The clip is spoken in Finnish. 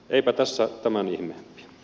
eipä tässä tämän ihmeempiä